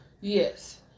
Yes